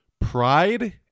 pride